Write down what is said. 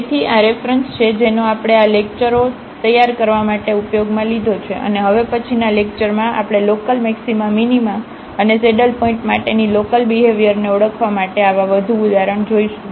તેથી આ રેફરન્સ છે જેનો આપણે આ લેક્ચરો તૈયાર કરવા માટે ઉપયોગમાં લીધો છે અને હવે પછીનાં લેક્ચરમાં આપણે લોકલમેક્સિમા મિનિમા અને સેડલ પોઇન્ટ માટેની લોકલબિહેવ્યરને ઓળખવા માટે આવા વધુ ઉદાહરણો જોશું